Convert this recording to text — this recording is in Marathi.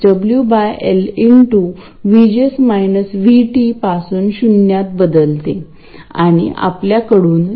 RG च्या माध्यमातून गेट ला फीडबॅक दिलेला आहे आणि ते योग्य आहे कारण dc गेट मध्ये फ्लो होत नाही म्हणून RG च्या अक्रॉस व्होल्टेज ड्रॉप होणार नाही